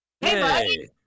Hey